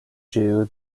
jew